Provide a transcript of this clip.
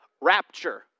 rapture